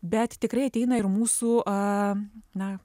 bet tikrai ateina ir mūsų a na